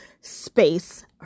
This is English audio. space